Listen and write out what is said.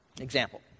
example